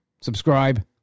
subscribe